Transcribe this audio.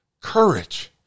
courage